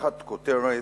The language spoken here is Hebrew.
תחת הכותרת: